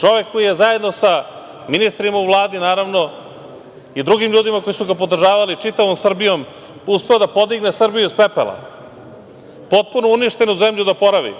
čovek koji je zajedno sa ministrima u Vladi, naravno, i drugim ljudima koji su ga podržavali, čitavom Srbijom, uspeo da podigne Srbiju iz pepela, potpuno uništenu zemlju da oporavi,